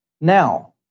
Now